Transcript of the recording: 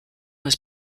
was